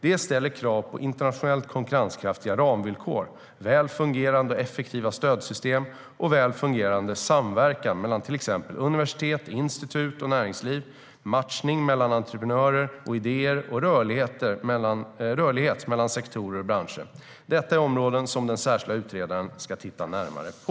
Det ställer krav på internationellt konkurrenskraftiga ramvillkor, väl fungerande och effektiva stödsystem, väl fungerande samverkan mellan till exempel universitet, institut och näringsliv, matchning mellan entreprenörer och idéer samt rörlighet mellan sektorer och branscher. Detta är områden som den särskilde utredaren ska titta närmare på.